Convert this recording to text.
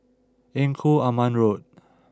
Engku Aman Road